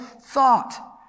thought